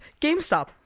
GameStop